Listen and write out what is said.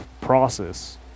process